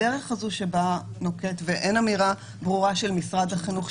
הדרך הזו שבה נוקט ואין אמירה ברורה משרד החינוך,